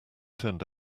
turned